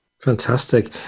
Fantastic